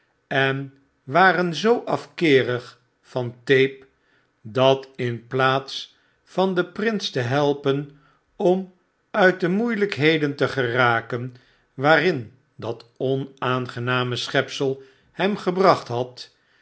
en waren zoo afkeerig van tape dat in plaats van den prins tehelpen om uit de moeielijkheden te geraken waarin dat onaangename schepsel hern gebracht had